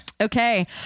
Okay